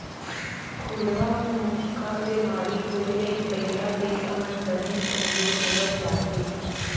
खुरहा मुहंपका बेमारी होए ले बइला भईंसा मन बनेच कमजोर होवत जाथें